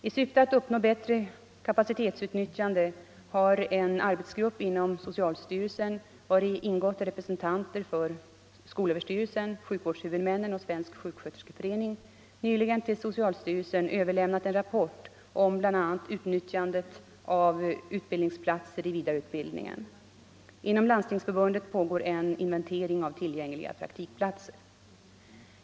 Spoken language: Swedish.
I syfte att uppnå bättre kapacitetsutnyttjande har en arbetsgrupp inom socialstyrelsen, vari ingått representanter för skolöverstyrelsen, sjukvårdshuvudmännen och Svensk sjuksköterskeförening, nyligen till socialstyrelsen överlämnat en rapport om bl.a. utnyttjandet av utbildningsplatser i vidareutbildningen. Inom Landstingsförbundet pågår en inventering av tillgängliga praktikplatser.